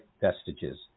vestiges